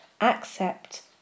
Accept